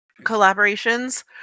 collaborations